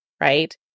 right